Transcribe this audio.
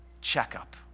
checkup